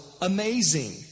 amazing